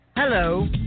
Hello